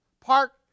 Park